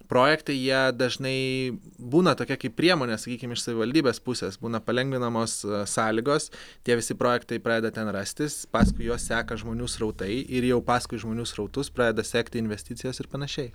projektai jie dažnai būna tokia kaip priemonė sakykim iš savivaldybės pusės būna palengvinamos sąlygos tie visi projektai pradeda ten rastis paskui juos seka žmonių srautai ir jau paskui žmonių srautus pradeda sekti investicijos ir panašiai